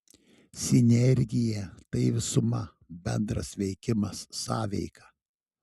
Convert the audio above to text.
sinergija tai visuma bendras veikimas sąveika